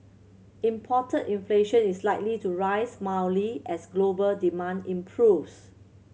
imported inflation is likely to rise mildly as global demand improves